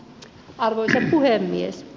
arvoisa puhemies